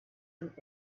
and